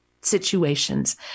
situations